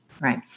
right